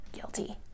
guilty